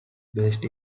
based